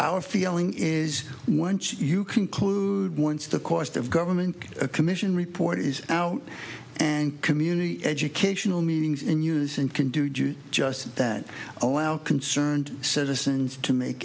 our feeling is once you conclude once the cost of government a commission report is now and community educational meetings in unison can do just that allow concerned citizens to make